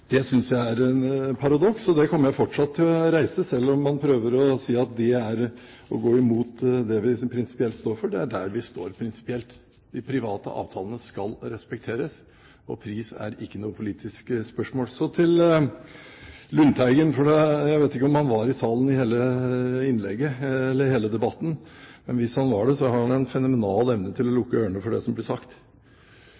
Det synes jeg er et paradoks, og det kommer jeg fortsatt til å hevde, selv om man prøver å si at det er å gå imot det vi prinsipielt står for. Det er der vi står prinsipielt. De private avtalene skal respekteres. Pris er ikke noe politisk spørsmål. Så til Lundteigen. Jeg vet ikke om han var i salen under hele debatten. Hvis han var det, har han en fenomenal evne til å